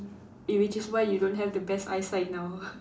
i~ which is why you don't have the best eye sight now